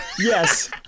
yes